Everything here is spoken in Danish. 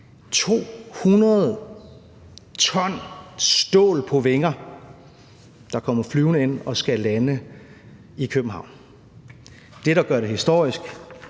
200 t stål på vinger – der kommer flyvende ind og skal lande. Det, der gør det historisk,